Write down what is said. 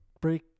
break